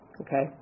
Okay